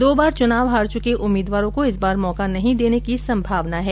दो बार चुनाव हार चुके उम्मीदवारों को इस बार मौका नहीं देने की संभावना है